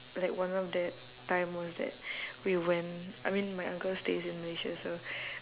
like one of that time was that we went I mean my uncle stays in malaysia so